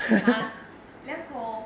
!huh! 两口